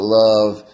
love